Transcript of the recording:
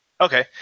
Okay